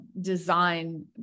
design